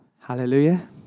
Hallelujah